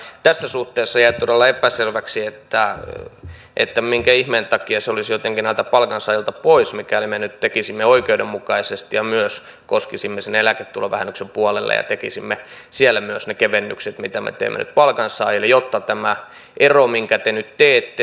tässä suhteessa jää todella epäselväksi minkä ihmeen takia se olisi jotenkin näiltä palkansaajilta pois mikäli me nyt tekisimme oikeudenmukaisesti ja myös koskisimme sinne eläketulovähennyksen puolelle ja tekisimme siellä myös ne kevennykset mitä teemme nyt palkansaajille jotta tämä ero minkä te nyt teette poistuisi